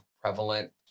prevalent